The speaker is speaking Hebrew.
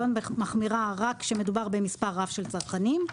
מחמירה רק כשמדובר במספר רב של צרכנים,